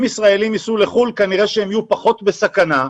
אם ישראליים ייסעו לחו"ל כנראה שהם יהיו פחות בסכנה,